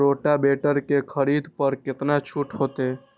Rotavator के खरीद पर केतना छूट होते?